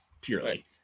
Purely